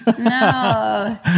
No